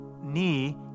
knee